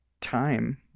time